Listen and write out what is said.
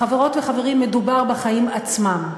חברות וחברים, מדובר בחיים עצמם.